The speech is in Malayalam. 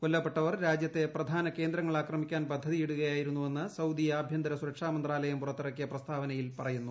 കൊല്ലപ്പെട്ടവർ രാജ്യത്തെ പ്രധാന കേന്ദ്രങ്ങൾ ആക്രമിക്കാൻ പദ്ധതിയിടുകയായിരുന്നു എന്ന് സൌദി ആഭ്യന്തര സുരക്ഷാ മന്ത്രാലയം പുറത്തിറിക്കിയ പ്രസ്താവനയിൽ പറയുന്നു